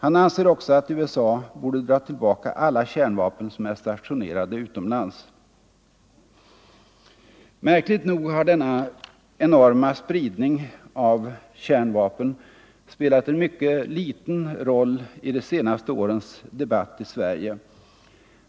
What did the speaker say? Han anser också att USA borde dra tillbaka alla kärnvapen som är stationerade utomlands. Märkligt nog har denna enorma spridning av kärnvapen spelat en mycket liten roll i de senaste årens debatt i Sverige.